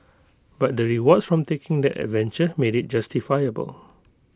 but the rewards from taking that adventure made IT justifiable